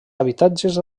habitatges